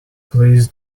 please